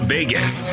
Vegas